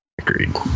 agreed